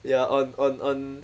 ya on on on